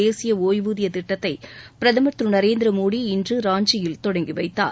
தேசிய ஓய்வூதியத் திட்டத்தை பிரதம் திரு நரேந்திரமோடி இன்று ராஞ்சியில் தொடங்கி வைத்தார்